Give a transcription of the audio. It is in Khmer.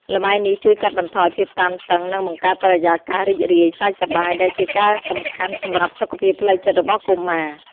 ល្បែងនេះជួយកាត់បន្ថយភាពតានតឹង និងបង្កើតបរិយាកាសរីករាយ សើចសប្បាយ ដែលជាការសំខាន់សម្រាប់សុខភាពផ្លូវចិត្តរបស់កុមារ។